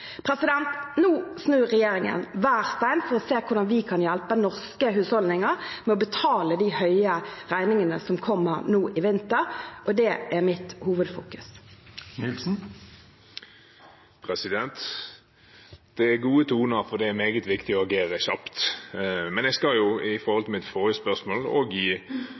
Nå snur regjeringen hver stein for å se hvordan vi kan hjelpe norske husholdninger med å betale de høye regningene som kommer nå i vinter, og det er mitt hovedfokus. Det er gode toner, for det er meget viktig å agere kjapt. Men jeg skal også – med tanke på mitt forrige spørsmål